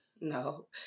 No